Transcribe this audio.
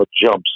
jumps